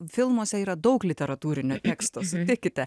filmuose yra daug literatūrinio teksto sutikite